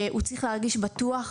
הוא צריך להרגיש בטוח